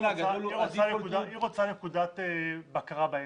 היא רוצה נקודת בקרה באמצע.